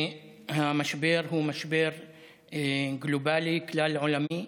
והמשבר, שהוא משבר גלובלי, כלל-עולמי,